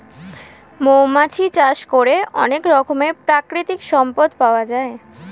মৌমাছি চাষ করে অনেক রকমের প্রাকৃতিক সম্পদ পাওয়া যায়